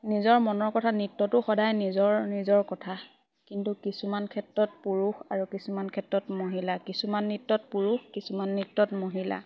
নিজৰ মনৰ কথা নৃত্যতো সদায় নিজৰ নিজৰ কথা কিন্তু কিছুমান ক্ষেত্ৰত পুৰুষ আৰু কিছুমান ক্ষেত্ৰত মহিলা কিছুমান নৃত্যত পুৰুষ কিছুমান নৃত্যত মহিলা